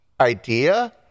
Idea